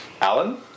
Alan